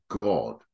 god